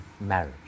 marriage